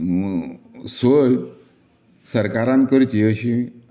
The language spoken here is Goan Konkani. सोय सरकारान करची अशी